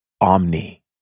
omni